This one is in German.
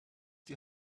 die